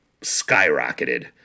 skyrocketed